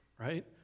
right